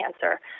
cancer